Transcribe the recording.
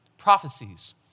prophecies